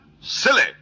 Silly